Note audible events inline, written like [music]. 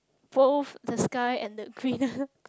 both the sky and the greener [laughs]